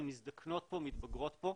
הן מזדקנות פה, מתבגרות פה.